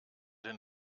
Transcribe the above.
den